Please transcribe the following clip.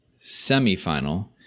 semifinal